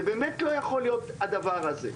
זה באמת לא יכול להיות הדבר הזה.